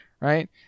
Right